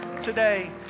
today